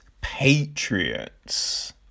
Patriots